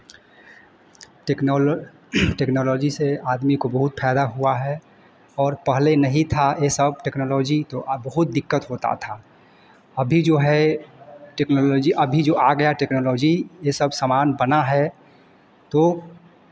टेक्नोलॉ technology से आदमी को बहुत फायदा हुआ है और पहले नहीं था ये सब टेक्नोलॉजी तो अब बहुत दिक्कत होता था अभी जो है टेक्नोलॉजी अभी जो आ गया टेक्नोलॉजी ये सब सामान बना है तो